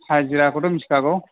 हाजिराखौथ' मिथिखागौ